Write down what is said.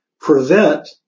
prevent